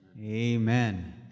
Amen